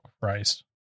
Christ